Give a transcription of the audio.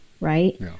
Right